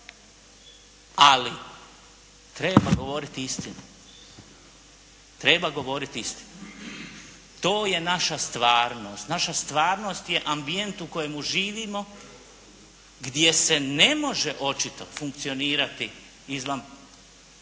Ali treba govoriti istinu, treba govoriti istinu. To je naša stvarnost, naša stvarnost je ambijent u kojem živimo, gdje se ne može očito funkcionirati izvan